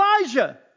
Elijah